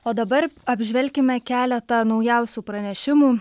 o dabar apžvelkime keletą naujausių pranešimų